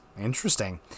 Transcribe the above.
Interesting